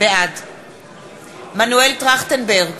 בעד מנואל טרכטנברג,